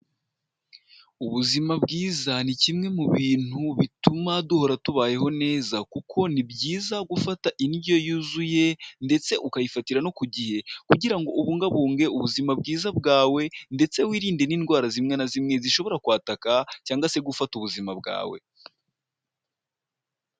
Ubuzima bwiza ni kimwe mu bintu bituma duhora tubayeho neza kuko ni byiza gufata indyo yuzuye ndetse ukayifatira no ku gihe, kugira ngo ubungabunge ubuzima bwiza bwawe ndetse wirinde n'indwara zimwe na zimwe zishobora kwataka cyangwa se gufata ubuzima bwawe.